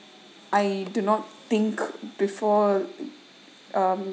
I do not think before um